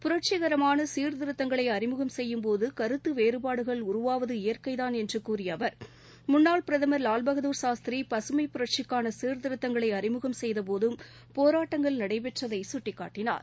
புரட்சிகரமான சீர்திருத்தங்களை அறிமுகம் செய்யும்போது கருத்து வேறுபாடுகள் உருவாவது இயற்கைதான் என்று கூறிய அவர் முன்னாள் பிரதமர் லால்பகதர் சாஸ்திரி பசுமைப் புரட்சிக்காள சீர்திருத்தங்களை அறிமுகம் செய்த போதும் போராட்டங்கள் நடைபெற்றதை சுட்டிக்காட்டினார்